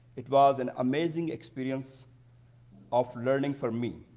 it was an amazing experience of learning for me,